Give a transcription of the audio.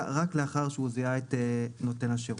רק לאחר שהוא זיהה את נותן השירות.